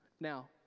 Now